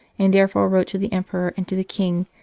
and therefore wrote to the emperor and to the king,